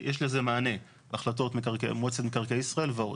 יש לזה מענה, החלטות מועצת מקרקעי ישראל ועוד.